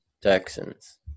Texans